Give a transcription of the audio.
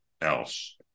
else